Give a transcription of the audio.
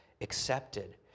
accepted